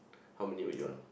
how many would you want